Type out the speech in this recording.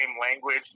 language